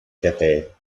cafe